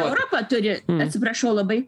europa turi atsiprašau labai